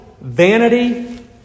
vanity